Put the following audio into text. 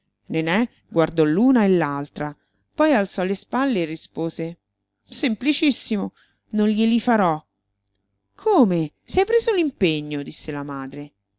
nené guardò l'una e l'altra poi alzò le spalle e rispose semplicissimo non glieli farò come se hai preso l'impegno disse la madre